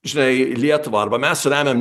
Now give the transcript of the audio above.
žinai lietuvą arba mes remiam